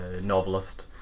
novelist